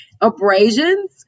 abrasions